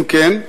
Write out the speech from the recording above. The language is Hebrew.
אם כן,